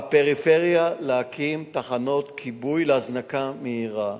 להקים בפריפריה תחנות כיבוי להזנקה מהירה.